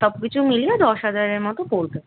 সব কিছু মিলিয়ে দশ হাজারের মতো পড়বে